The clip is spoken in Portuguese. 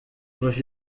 nos